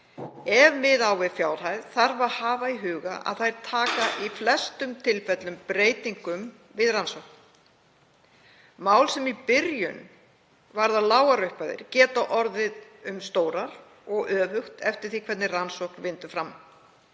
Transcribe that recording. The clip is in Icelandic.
Ef miða á við fjárhæð þarf að hafa í huga að þær taka í flestum tilfellum breytingum við rannsókn. Mál sem í byrjun varðar lágar upphæðir getur orðið um stórar og öfugt eftir því hvernig rannsókn vindur fram.